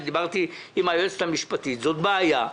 דיברתי עם היועצת המשפטית: זאת בעיה.